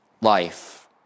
life